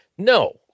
No